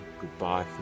Goodbye